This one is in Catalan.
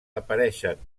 apareixen